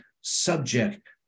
subject